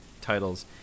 titles